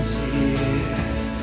tears